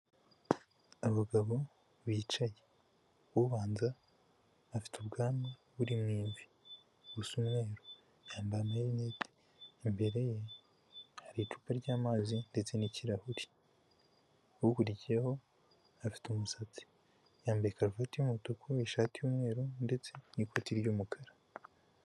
Abagabo bicaye ubanza afite ubwanwa buri mo imvi busa umweru, yambaye amarinete imbere ye hari icupa ry'amazi ndetse n'ikirahuri. Ukurikiyeho afite umusatsi yambaye karavati y'umutuku ishati y'umweru ndetse n'ikoti ry'umukara.